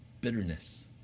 Bitterness